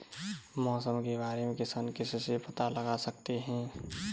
मौसम के बारे में किसान किससे पता लगा सकते हैं?